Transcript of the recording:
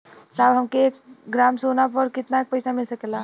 साहब हमके एक ग्रामसोना पर कितना पइसा मिल सकेला?